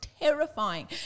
terrifying